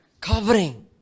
covering